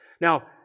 Now